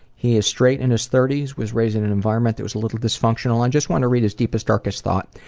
he is straight, in his thirty s. was raised in an environment that was a little dysfunction. i and just wanted to read his deepest darkest thought.